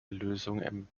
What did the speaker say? lösung